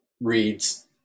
reads